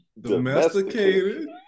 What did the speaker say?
Domesticated